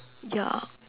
ya